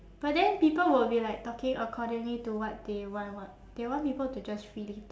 but then people will be like talking accordingly to what they want [what] they want people to just freely talk